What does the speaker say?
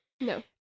No